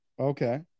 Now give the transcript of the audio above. Okay